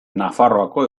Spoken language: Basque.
nafarroako